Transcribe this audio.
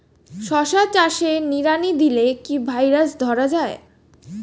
শশা চাষে নিড়ানি দিলে কি ভাইরাস ধরে যায়?